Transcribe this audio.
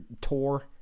tour